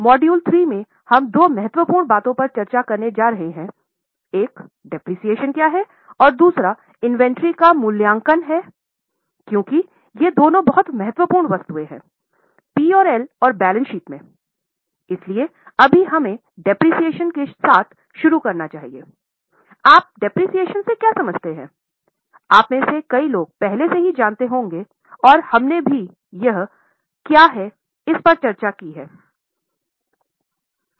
अब मॉड्यूल 3 में हम दो महत्वपूर्ण बातों पर चर्चा करने जा रहे हैं एक मूल्यह्रास है और दूसरा इन्वेंट्री का मूल्यांकन है क्योंकि ये दोनों बहुत महत्वपूर्ण वस्तुएं हैं पी और एल और बैलेंस शीट में इसलिए अभी हमें मूल्यह्रासक्या है पर चर्चा की है